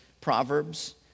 Proverbs